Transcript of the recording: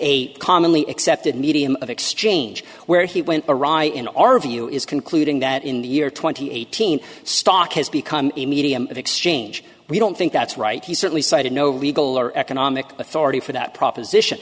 a commonly accepted medium of exchange where he went awry in our view is concluding that in the year twenty eighteen stock has become a medium of exchange we don't think that's right he certainly cited no legal or economic authority for that proposition